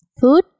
Food